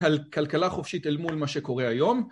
על כלכלה חופשית אל מול מה שקורה היום